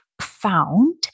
found